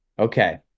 Okay